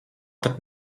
pat